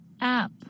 app